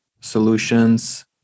solutions